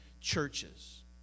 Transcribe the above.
churches